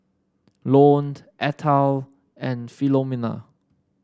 Lone Ethyle and Filomena